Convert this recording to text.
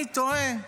אני תוהה,